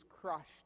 crushed